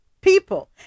people